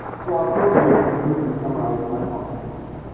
so i'll close here and briefly summarize my talking points,